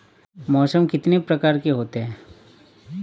मौसम कितनी प्रकार के होते हैं?